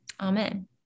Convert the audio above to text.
Amen